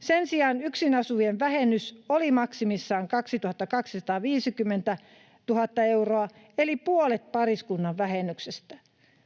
Sen sijaan yksin asuvien vähennys oli maksimissaan 2 250 euroa eli puolet pariskunnan vähennyksestä.